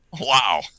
Wow